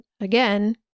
again